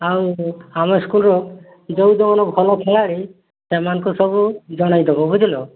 ଆଉ ଆମ ସ୍କୁଲ୍ର ଯେଉଁ ଯେଉଁମାନେ ଭଲ ଖେଳାଳି ସେମାନଙ୍କୁ ସବୁ ଜଣାଇ ଦବ ବୁଝିଲ